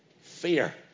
fear